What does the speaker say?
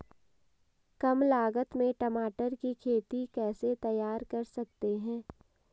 कम लागत में टमाटर की खेती कैसे तैयार कर सकते हैं?